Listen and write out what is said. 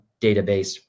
database